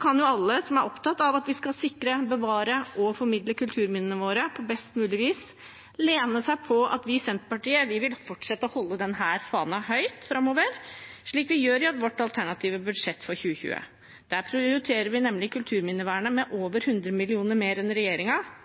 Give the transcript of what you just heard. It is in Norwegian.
kan jo alle som er opptatt av at vi skal sikre, bevare og formidle kulturminnene våre på best mulig vis, lene seg på at vi i Senterpartiet vil fortsette å holde denne fanen høyt framover, slik vi gjør i vårt alternative budsjett for 2020. Der prioriterer vi nemlig kulturminnevernet med over 100 mill. kr mer enn